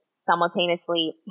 simultaneously